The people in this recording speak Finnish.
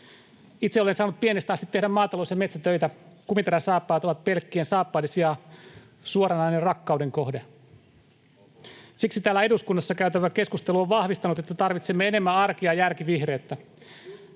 Itse olen saanut pienestä asti tehdä maatalous- ja metsätöitä. Kumiteräsaappaat ovat pelkkien saappaiden sijaan suoranainen rakkauden kohde. Siksi täällä eduskunnassa käytävä keskustelu on vahvistanut, että tarvitsemme enemmän arki- ja järkivihreyttä.